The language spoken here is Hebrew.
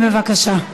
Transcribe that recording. בבקשה.